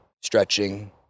stretching